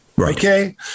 Okay